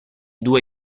due